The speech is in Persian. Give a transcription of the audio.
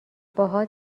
باهات